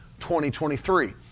2023